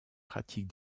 pratique